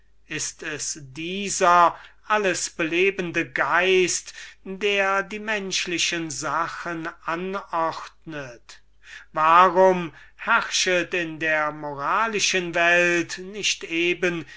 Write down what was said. ist es dieser allesbelebende geist der die menschlichen sachen anordnet warum herrschet in der moralischen welt nicht eben